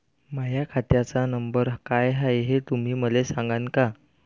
माह्या खात्याचा नंबर काय हाय हे तुम्ही मले सागांन का?